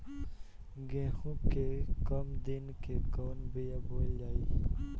गेहूं के कम दिन के कवन बीआ बोअल जाई?